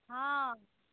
हॅं